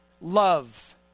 love